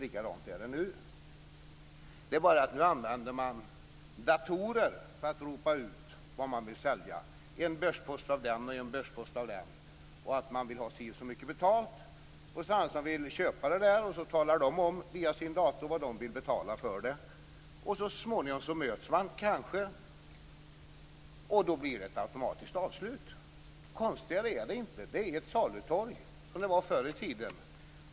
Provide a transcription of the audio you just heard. Likadant är det nu. Men nu använder man datorer för att ropa ut vad man vill sälja - en börspost av den eller den och si och så mycket betalt. Den som vill köpa talar om via sin dator vad denne vill betala. Så småningom möts kanske de båda, och då blir det automatiskt ett avslut. Konstigare är det inte. Det är ett salutorg som förr i tiden.